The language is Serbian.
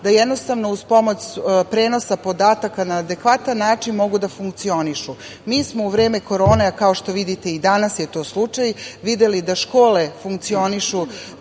da jednostavno uz pomoć prenosa podataka na adekvatan način mogu da funkcionišu. Mi smo u vreme korone, kao što vidite i danas je to slučaj, videli da škole funkcionišu